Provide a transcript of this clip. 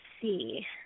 see